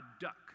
duck